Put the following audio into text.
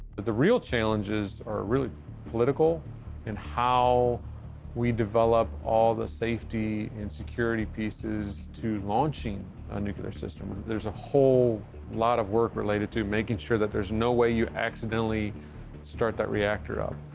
the real challenges are really political and how we develop all the safety and security pieces to launching a nuclear system. there's a whole lot of work related to making sure that there's no way you accidentally start that reactor up.